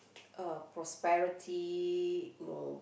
uh prosperity no